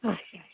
اچھا